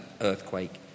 earthquake